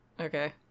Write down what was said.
Okay